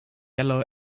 yellow